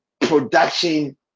production